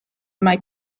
mae